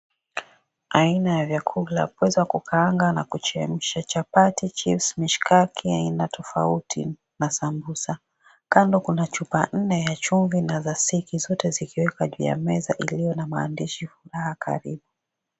Aina ya vyakula, pwenza wa kukaanga na kuchemsha, chapati ,chipsi ,mishikaki aina tofauti na sambusa, kando kuna chupa nne za chumvi na za siki zote zikiwekwa ju ya meza iliyo na maandishi furaha karibu.